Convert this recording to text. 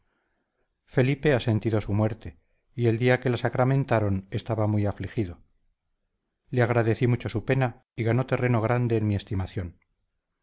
felipe ha sentido su muerte y el día que la sacramentaron estaba muy afligido le agradecí mucho su pena y ganó terreno grande en mi estimación